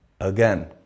again